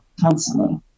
constantly